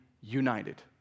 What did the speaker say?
united